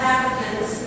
Africans